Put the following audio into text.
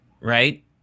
right